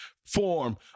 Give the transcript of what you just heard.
form